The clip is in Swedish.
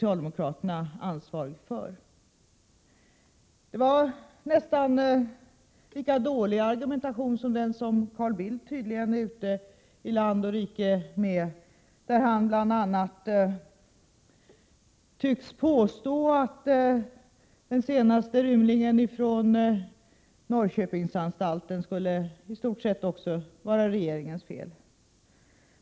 Argumentationen var nästan lika dålig som den som Carl Bildt tydligen är ute iland och rike med, där han bl.a. tycks påstå att också den senaste rymningen från Norrköpingsanstalten på något sätt skulle vara regeringens fel.